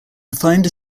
defined